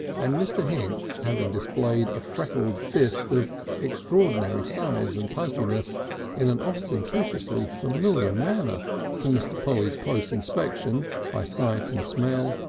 and mr. hinks, having displayed a freckled fist of extraordinary size and pugginess in an ostentatiously familiar manner to mr. polly's close inspection by sight and smell,